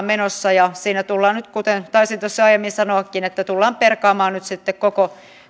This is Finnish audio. menossa ja siinä tullaan kuten taisin tuossa aiemmin sanoakin perkaamaan koko